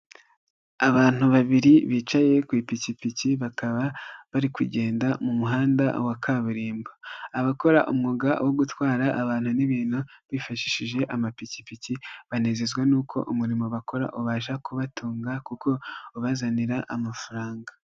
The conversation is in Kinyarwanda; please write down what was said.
Abantu babiri bicaye ku ipikipiki, bakaba bari kugenda mu muhanda wa kaburimbo. Abakora umwuga wo gutwara abantu n'ibintu bifashishije amapikipiki, banezezwa n'uko umurimo bakora ubasha kubatunga kuko ubazanira amafaranga.